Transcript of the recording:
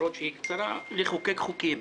למרות שהיא קצרה, לחוקק חוקים.